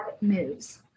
moves